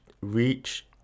reach